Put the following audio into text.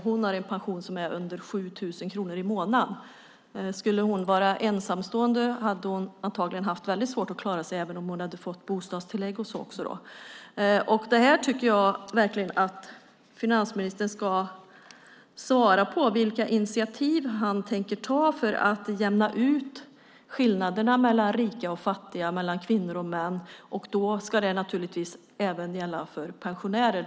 Hon har en pension på mindre än 7 000 kronor i månaden. Om hon hade varit ensamstående hade hon antagligen haft väldigt svårt att klara sig även om hon då hade fått bostadstillägg. Jag tycker att finansministern ska svara på vilka initiativ han tänker ta för att jämna ut skillnaderna mellan rika och fattiga och mellan kvinnor och män. Det ska naturligtvis gälla även pensionärer.